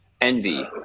envy